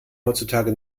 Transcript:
heutzutage